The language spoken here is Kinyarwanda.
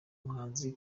muhanzi